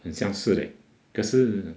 很像是 leh 可是